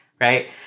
right